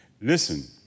Listen